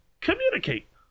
communicate